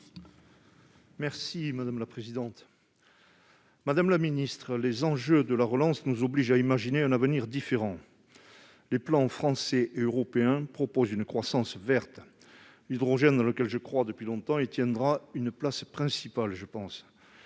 Madame la secrétaire d'État, les enjeux de la relance nous obligent à imaginer un avenir différent. Les plans français et européens proposent une croissance verte et l'hydrogène, dans lequel je crois depuis longtemps, y tiendra une place principale.